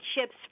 ships